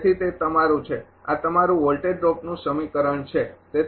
તેથી તે તમારું છે આ તમારું વોલ્ટેજ ડ્રોપનું સમીકરણ છે